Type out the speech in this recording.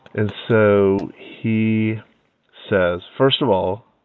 and so he says, first of all,